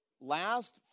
last